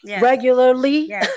regularly